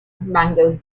mango